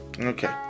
Okay